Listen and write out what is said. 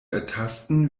ertasten